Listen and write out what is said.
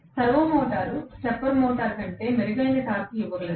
servo motor stepper motor కంటే మెరుగైన torque ఇవ్వగలదు